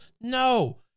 No